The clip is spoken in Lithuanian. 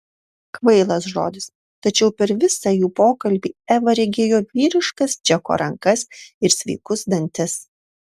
kvailas žodis tačiau per visą jų pokalbį eva regėjo vyriškas džeko rankas ir sveikus dantis